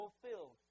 fulfilled